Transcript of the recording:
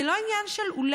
זה לא עניין של אולי,